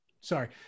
Sorry